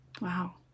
Wow